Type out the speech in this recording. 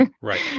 Right